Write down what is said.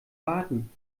warten